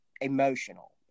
emotional